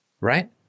Right